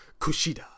Kushida